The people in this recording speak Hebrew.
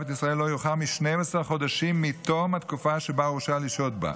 את ישראל לא יאוחר מ-12 חודשים מתום התקופה שבה הורשה לשהות בה.